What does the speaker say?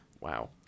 Wow